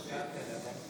אינו נוכח